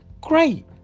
great